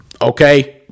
okay